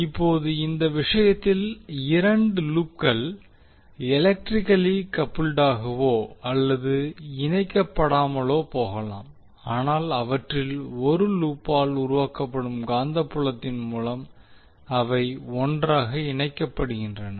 இப்போது இந்த விஷயத்தில் இரண்டு லூப்கள் எலக்ட்ரிக்கலி கப்புல்ட்டாகவோ அல்லது இணைக்கப்படாமலோ போகலாம் ஆனால் அவற்றில் ஒரு லூப்பால் உருவாக்கப்படும் காந்தப்புலத்தின் மூலம் அவை ஒன்றாக இணைக்கப்படுகின்றன